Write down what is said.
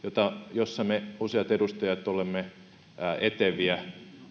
jossa me useat edustajat olemme eteviä